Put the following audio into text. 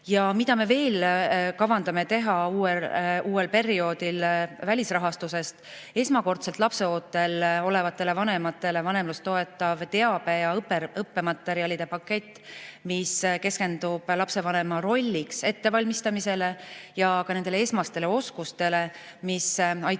Ja mida me veel kavandame teha uuel perioodil välisrahastusest? Esmakordselt lapseootel olevatele vanematele vanemlust toetav teabe‑ ja õppematerjalide pakett, mis keskendub lapsevanema rolliks ettevalmistamisele ja ka nendele esmastele oskustele, mis aitavad